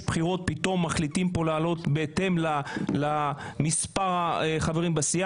בחירות פתאום מחליטים להעלות בהתאם למספר החברים בסיעה